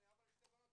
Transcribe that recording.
אני אבא לשתי בנות,